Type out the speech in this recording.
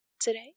Today